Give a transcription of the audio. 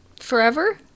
forever